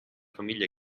famiglia